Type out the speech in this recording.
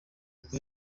kuri